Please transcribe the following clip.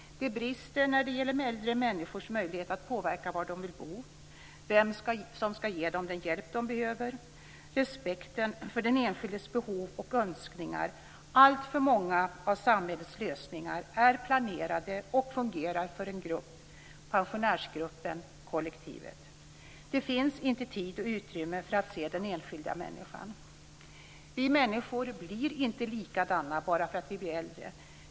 Det brister när det gäller äldre människors möjlighet att påverka var de vill bo, vem som ska ge dem den hjälp de behöver och när det gäller respekten för den enskildes behov och önskningar. Alltför många av samhällets lösningar är planerade och fungerar för en grupp, pensionärsgruppen - kollektivet. Det finns inte tid och utrymme för att se den enskilda människan. Vi människor blir inte likadana bara för att vi blir äldre.